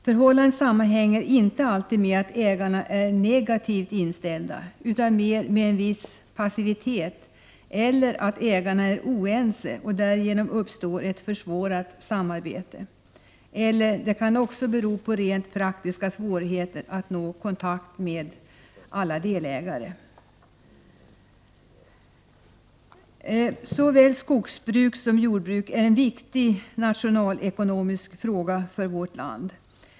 Förhållandet sammanhänger inte alltid med att ägarna är negativt inställda, utan mer med en viss passivitet, eller att ägarna är oense. Därigenom uppstår ett försvårat samarbete. Det kan också bero på rent praktiska svårigheter att nå kontakt med alla delägarna. Såväl skogsbruk som jordbruk är ur nationalekonomisk synpunkt viktiga för vårt land.